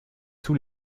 tous